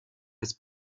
das